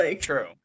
True